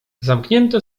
zamknięte